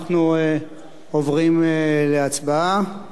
אנחנו עוברים להצבעה.